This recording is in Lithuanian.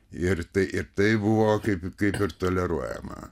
ir tai ir tai buvo kaip kaip ir toleruojama